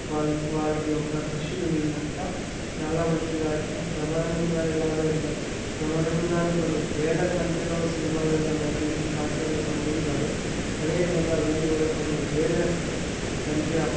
వాళ్ వాళ్ళకి యొక్క శిష్యులు వీళ్ళంతా చాలా మంచిగా బ్రహ్మానందం గారిలాగా ఇంత బ్రహ్మానందం గారు కొన్ని వేల సంఖ్యలో సినిమాలలో నటించి హాస్యాన్ని పండించారు అదే విధంగా వీళ్ళు కూడా కొన్ని వేల స సంఖ్య